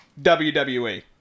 WWE